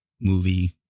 movie